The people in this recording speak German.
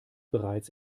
bereits